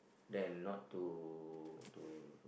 than not to to